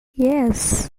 yes